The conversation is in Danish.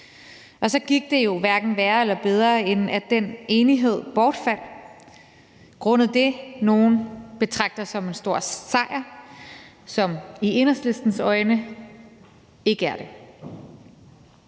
Og så gik det jo hverken værre eller bedre, end at den enighed bortfaldt grundet det, som nogle betragter som en stor sejr, men som i Enhedslistens øjne ikke er det.